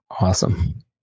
awesome